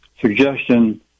suggestion